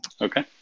Okay